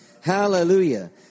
Hallelujah